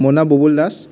মোৰ নাম বুবুল দাস